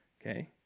Okay